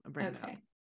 okay